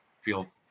feel